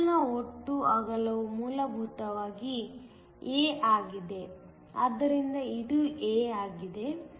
ಚಾನಲ್ನ ಒಟ್ಟು ಅಗಲವು ಮೂಲಭೂತವಾಗಿ a ಆಗಿದೆ ಆದ್ದರಿಂದ ಇದು a ಆಗಿದೆ